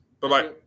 Bye-bye